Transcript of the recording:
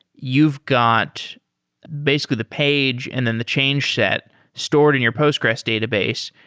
you've got basically the page and then the change set stored in your postgres database.